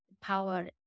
power